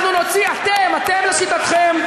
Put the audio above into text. אנחנו נוציא, אתם, אתם לשיטתכם,